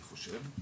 אני חושב.